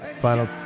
final